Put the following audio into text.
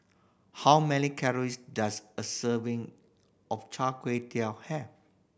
how many calories does a serving of chai gui have